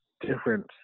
different